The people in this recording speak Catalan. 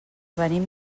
venim